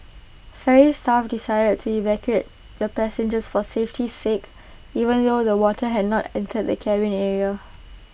ferry staff decided to evacuate the passengers for safety's sake even though the water had not entered the cabin area